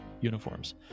uniforms